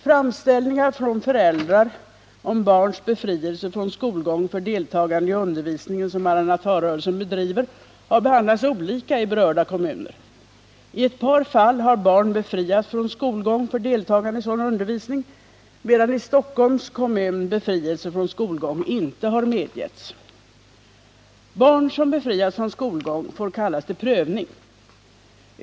Framställningar från föräldrar om barns befrielse från skolgång för deltagande i undervisning som Maranatarörelsen bedriver har behandlats olika i berörda kommuner. I ett par fall har barn befriats från skolgång för deltagande i sådan undervisning, medan i Stockholms kommun befrielse från skolgång inte har medgetts. Barn, som befriats från skolgång, får kallas till prövning.